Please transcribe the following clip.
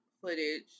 footage